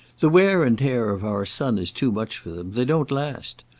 the wear and tear of our sun is too much for them they don't last.